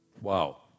Wow